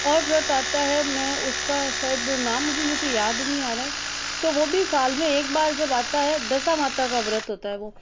और व्रत आता है मैं उसका शायद नाम अभी मुझे याद नहीं आ रहा है तो वह भी साल में एक बार जब आता है दशा माता का व्रत होता है वो